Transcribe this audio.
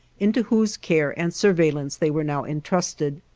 into whose care and surveillance they were now entrusted.